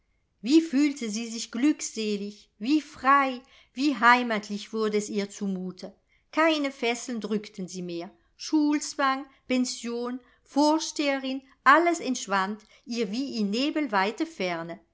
wie fühlte sie sich glückselig wie frei wie heimatlich wurde es ihr zu mute keine fesseln drückten sie mehr schulzwang pension vorsteherin alles entschwand ihr wie in nebelweite ferne